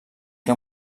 que